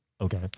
okay